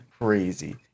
crazy